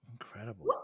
Incredible